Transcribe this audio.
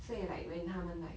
so 也 like when 他们 like